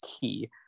key